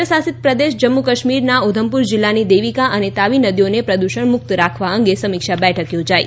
કેન્દ્રશાસિત પ્રદેશ જમ્મુ કાશ્મીરના ઉધમપુર જિલ્લાની દેવિકા અને તાવી નદીઓને પ્રદ્રષણ મુક્ત રાખવા અંગે સમીક્ષા બેઠક યોજાઇ